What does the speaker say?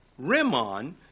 rimon